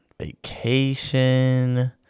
vacation